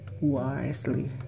wisely